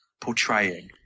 portraying